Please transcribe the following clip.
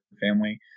family